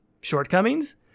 shortcomings